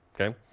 Okay